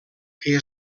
que